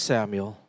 Samuel